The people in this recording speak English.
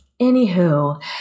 anywho